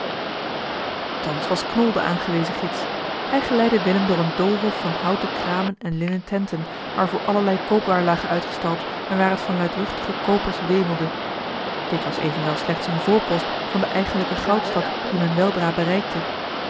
thans was knol de aangewezen gids hij geleidde willem door een doolhof van houten kramen en linnen tenten waarvoor allerlei koopwaren lagen uitgestald en waar het van luidruchtige koopers wemelde dit was evenwel slechts een voorpost van de eigenlijke goudstad die men weldra bereikte